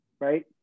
right